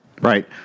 Right